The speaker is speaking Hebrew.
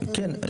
כן.